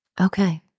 Okay